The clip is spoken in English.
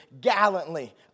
gallantly